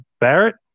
Barrett